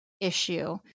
issue